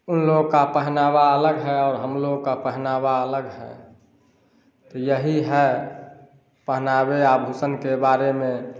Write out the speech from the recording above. उन लोगों का पहनावा अलग है और हमलोगों का पहनावा अलग है यही है पहनावे आभूषण के बारे में